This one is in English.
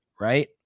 right